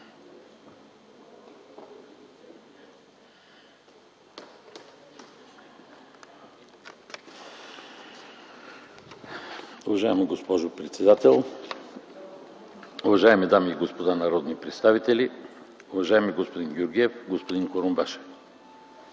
Уважаема госпожо председател, уважаеми дами и господа народни представители, уважаеми господин Георгиев, господин Курумбашев!